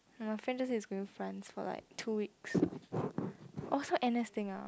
my friend just say he is going france for like two weeks orh so N_S thing uh